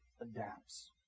adapts